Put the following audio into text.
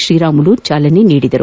ಶ್ರೀರಾಮುಲು ಚಾಲನೆ ನೀಡಿದರು